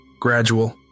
gradual